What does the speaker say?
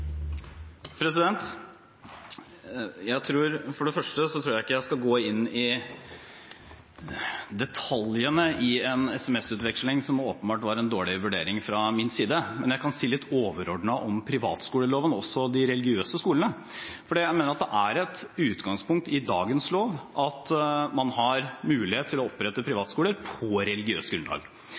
For det første tror jeg ikke jeg skal gå inn i detaljene i en SMS-utveksling som åpenbart var en dårlig vurdering fra min side. Men jeg kan si litt overordnet om privatskoleloven, også de religiøse skolene, fordi jeg mener at det er et utgangspunkt i dagens lov at man har mulighet til å opprette privatskoler på religiøst grunnlag.